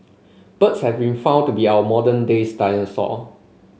birds have been found to be our modern days dinosaur